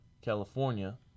California